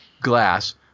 glass